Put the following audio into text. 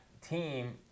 team